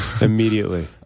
immediately